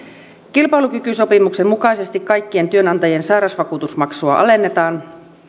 kilpailukykysopimuksen mukaisesti kaikkien työnantajien sairausvakuutusmaksua alennetaan